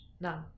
No